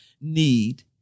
need